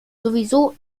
sowieso